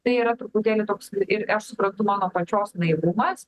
tai yra truputėlį toks ir aš suprantu mano pačios naivumas